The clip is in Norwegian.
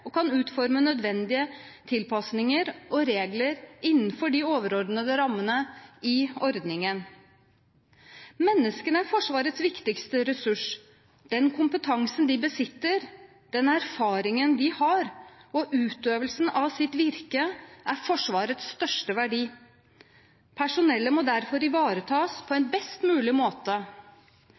og kan utforme nødvendige tilpasninger og regler innenfor de overordnede rammene i ordningen. Menneskene er Forsvarets viktigste ressurs. Den kompetansen de besitter, den erfaringen de har om utøvelsen av sitt virke, er Forsvarets største verdi. Personellet må derfor ivaretas på en best mulig måte.